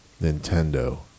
Nintendo